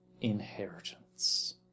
inheritance